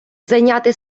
зайняти